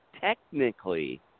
technically